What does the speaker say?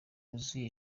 yuzuye